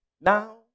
Now